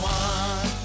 one